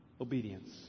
Obedience